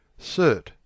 Cert